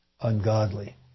ungodly